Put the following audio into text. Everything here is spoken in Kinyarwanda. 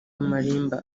malimba